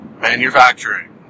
Manufacturing